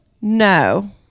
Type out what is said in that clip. No